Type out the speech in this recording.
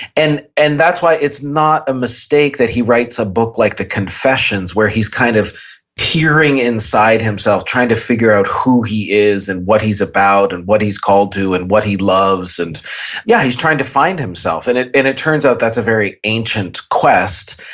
and and that's why it's not a mistake that he writes a book like the confessions where he's kind of hearing inside himself trying to figure out who he is. and what he's about and what he's called to and what he loves. and yeah. he's trying to find himself and it and it turns out that's a very ancient quest.